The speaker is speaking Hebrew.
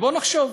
ובואו נחשוב,